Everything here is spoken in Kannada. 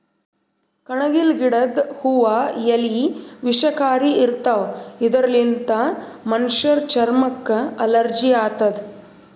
ಕಣಗಿಲ್ ಗಿಡದ್ ಹೂವಾ ಎಲಿ ವಿಷಕಾರಿ ಇರ್ತವ್ ಇದರ್ಲಿನ್ತ್ ಮನಶ್ಶರ್ ಚರಮಕ್ಕ್ ಅಲರ್ಜಿ ಆತದ್